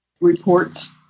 reports